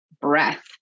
breath